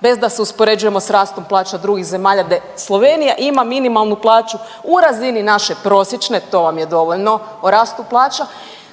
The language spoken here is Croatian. bez da se uspoređujemo s rastom plaća drugih zemalja. Slovenija ima minimalnu plaću u razini naše prosječne, to vam je dovoljno o rastu plaća.